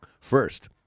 first